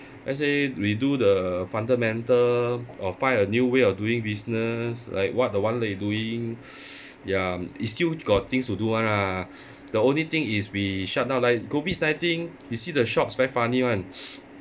let's say we do the fundamental or find a new way of doing business like what the one like you doing ya it's still got things to do [one] lah the only thing is we shut down li~ COVID nineteen you see the shops very funny [one]